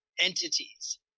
entities